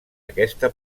aquesta